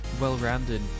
well-rounded